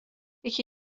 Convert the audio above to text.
یکی